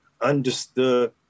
understood